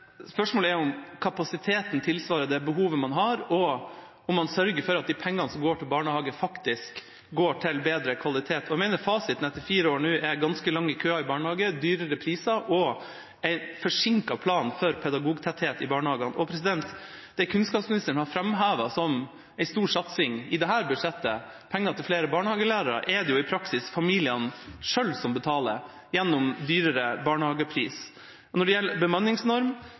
Spørsmålet er om kapasiteten tilsvarer det behovet man har, og om man sørger for at de pengene som går til barnehage, faktisk går til bedre kvalitet. Jeg mener fasiten etter fire år nå er ganske lange køer i barnehage, høyere priser og en forsinket plan for pedagogtetthet i barnehagene. Det kunnskapsministeren har framhevet som en stor satsing i dette budsjettet, penger til flere barnehagelærere, er det jo i praksis familiene selv som betaler gjennom høyere barnehagepris. Når det gjelder bemanningsnorm,